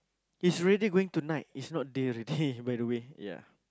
he's already going tonight it's not deal already ya